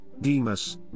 Demas